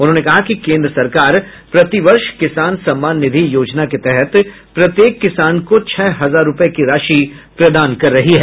उन्होंने कहा कि केन्द्र सरकार प्रति वर्ष किसान सम्मान निधि योजना के तहत प्रत्येक किसान को छह हजार रूपये की राशि प्रदान कर रही है